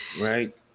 right